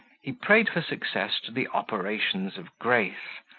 he prayed for success to the operations of grace,